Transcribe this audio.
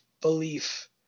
belief